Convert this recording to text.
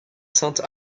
sainte